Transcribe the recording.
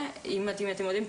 אני לא יודעת אם אתם יודעים,